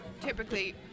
typically